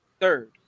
Third